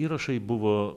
įrašai buvo